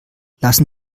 lassen